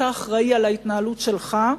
אתה אחראי להתנהלות שלך,